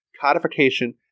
codification